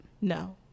No